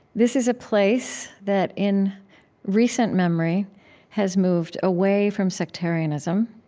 this is a place that in recent memory has moved away from sectarianism,